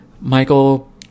Michael